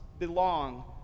Belong